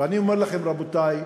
ואני אומר לכם, רבותי,